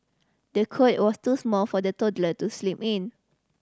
the cot was too small for the toddler to sleep in